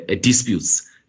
disputes